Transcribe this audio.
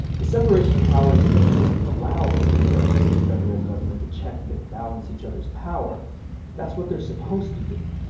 the separation of powers doesn't just allow the three branches of the federal government to check and balance each other's power that's what they're supposed to do.